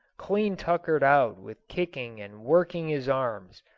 clean tuckered out with kicking and working his arms.